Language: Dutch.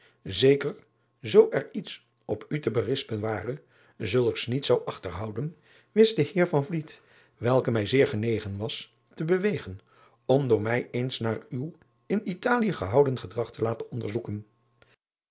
zeker zoo er iets op u te berispen ware zulks niet zou achterhouden wist den eer welke mij zeer genegen was te bewegen om door mij eens naar uw in talië gehouden gedrag te laten onderzoeken